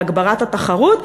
להגברת התחרות?